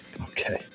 Okay